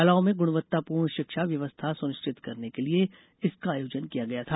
शालाओं में गुणवत्तापूर्ण शिक्षा व्यवस्था सुनिश्चित करने के लिए इसका आयोजन किया गया था